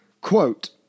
Quote